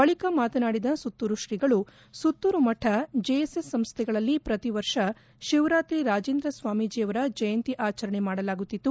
ಬಳಿಕ ಮಾತನಾಡಿದ ಸುತ್ತೂರು ಶ್ರೀಗಳು ಸುತ್ತೂರು ಮಠ ಜೆಎಸ್ಎಸ್ ಸಂಸ್ಡೆಗಳಲ್ಲಿ ಪ್ರತಿವರ್ಷ ಶಿವರಾತ್ರಿ ರಾಜೇಂದ್ರ ಸ್ವಾಮೀಜಿಯವರ ಜಯಂತಿ ಆಚರಣೆ ಮಾಡಲಾಗುತ್ತಿತ್ತು